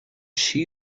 she